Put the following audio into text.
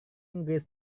inggris